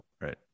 Right